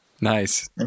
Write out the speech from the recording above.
Nice